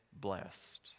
blessed